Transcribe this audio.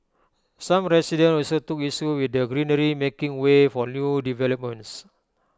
some residents also took issue with the greenery making way for new developments